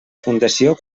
fundació